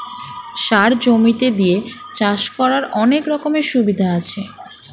সার জমিতে দিয়ে চাষ করার অনেক রকমের সুবিধা আছে